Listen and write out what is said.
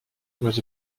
was